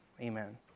Amen